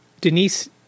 Denise